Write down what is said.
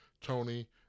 Tony